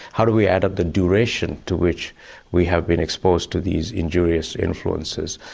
how do we add up the duration to which we have been exposed to these injurious influences?